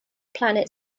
planet